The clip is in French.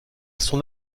son